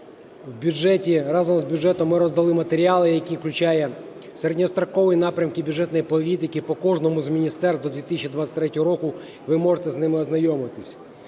В бюджеті, разом з бюджетом ми роздали матеріали, які включають середньострокові напрямки бюджетної політики по кожному з міністерств до 2023 року. Ви можете з ними ознайомитись.